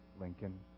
Lincoln